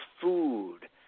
food